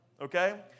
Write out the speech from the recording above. Okay